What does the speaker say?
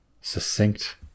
succinct